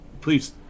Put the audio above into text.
please